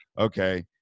okay